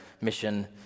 mission